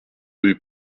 rue